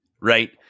right